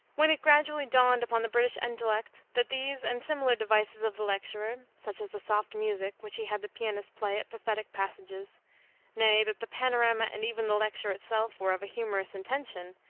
when it gradually dawned upon the british intellect that these and similar devices of the lecturer such as the soft music which he had the pianist play at pathetic passages nay, that the panorama and even the lecture itself were of a humorous intention,